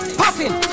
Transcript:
popping